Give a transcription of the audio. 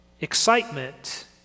excitement